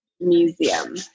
Museum